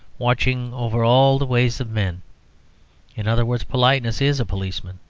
watching over all the ways of men in other words, politeness is a policeman.